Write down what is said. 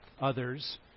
Others